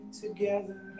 together